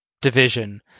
division